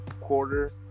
quarter